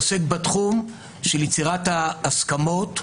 שעדיין נותנים תקווה שהצד האנושי,